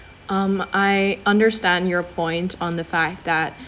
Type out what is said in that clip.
um I understand your point on the fact that